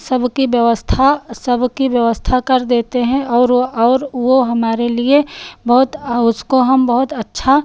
सबकी व्यवस्था सबकी व्यवस्था कर देते हैं और व और वह हमारे लिए बहुत उसको हम बहुत अच्छा